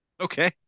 Okay